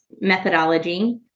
methodology